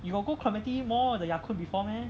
you got go clementi mall 的 ya kun before meh